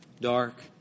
dark